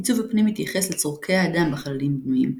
עיצוב הפנים מתייחס לצורכי האדם בחללים בנויים,